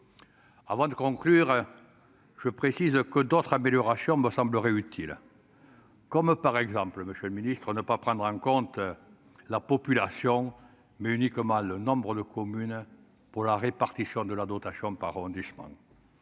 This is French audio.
Avant de conclure, je précise que d'autres améliorations me sembleraient utiles. Il s'agit, par exemple, de prendre en compte non pas la population, mais uniquement le nombre de communes pour la répartition de la dotation par arrondissement.